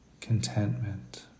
contentment